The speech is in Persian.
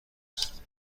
است